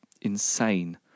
insane